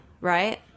Right